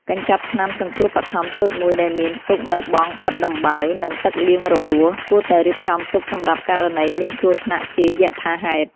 កញ្ចប់ថ្នាំសង្គ្រោះបឋមតូចមួយដែលមានផ្ទុកនូវបង់បិទដំបៅ និងទឹកលាងរបួស គួរតែរៀបចំទុកសម្រាប់ករណីមានគ្រោះថ្នាក់ជាយថាហេតុ។